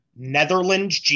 Netherlands